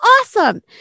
awesome